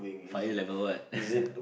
fire level what